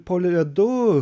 po ledu